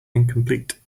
incomplete